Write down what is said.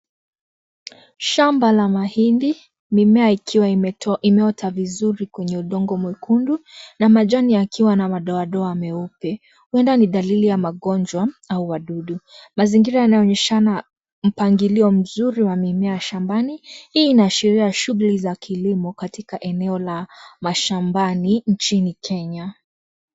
Shamba la mahindi mimea ikiwa imetoa vizuri kwenye udongo mwekundu na majani yakiwa na madoadoa meupe, huenda ni dalili ya magonjwa au wadudu. Mazingira yanayoonyeshana mpangilio mzuri wa mimea shambani. Hii inaashiria shughuli za kilimo katika eneo la mashambani nchini Kenya.